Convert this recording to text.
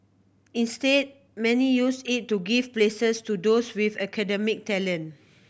instead many use it to give places to those with academic talent